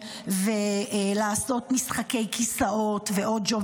לעשות משחקי כיסאות ועוד ג'וב,